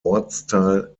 ortsteil